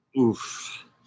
oof